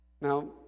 Now